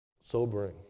Sobering